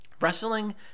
Wrestling